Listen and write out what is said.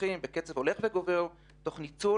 מתפתחים בקצב הולך וגובר במרחב הסייבר תוך ניצול